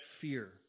fear